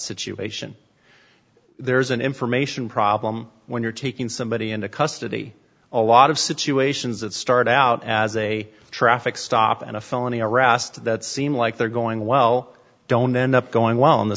situation there's an information problem when you're taking somebody into custody a lot of situations that start out as a traffic stop and a felony erast that seem like they're going well don't end up going well in the